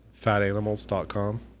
Fatanimals.com